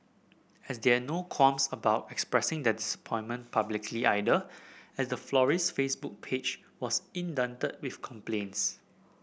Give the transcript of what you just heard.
as there no qualms about expressing their disappointment publicly either as the florist's Facebook page was inundated with complaints